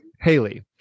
Haley